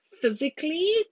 physically